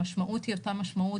המשמעות היא אותה משמעות,